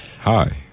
Hi